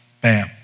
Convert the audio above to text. bam